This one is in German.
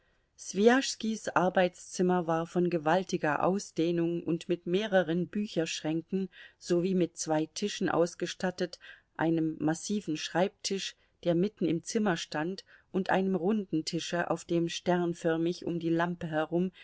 swijaschskis arbeitszimmer war von gewaltiger ausdehnung und mit mehreren bücherschränken sowie mit zwei tischen ausgestattet einem massiven schreibtisch der mitten im zimmer stand und einem runden tische auf dem sternförmig um die lampe herum